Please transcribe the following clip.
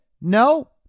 No